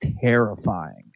terrifying